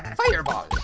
and fireball.